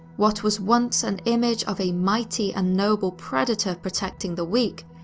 what was once an image of a mighty and noble predator protecting the weak,